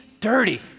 dirty